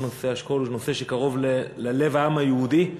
כל נושא השכול הוא נושא שקרוב ללב העם היהודי.